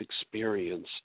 experience